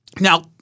now